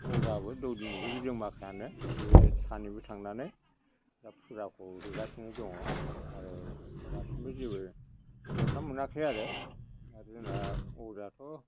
अजाबो दौदिनिबो बे जों माखायानो बे सानैबो थांनानै दा फुजाखौ हैगासिनो दङ आरो दासिमबो जेबो बदनाम मोनाखै आरो आरो जोंना अजायाथ'